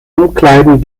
umkleiden